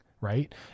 right